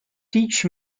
teach